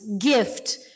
gift